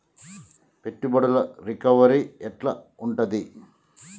పెట్టుబడుల రికవరీ ఎట్ల ఉంటది?